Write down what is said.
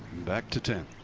back to ten.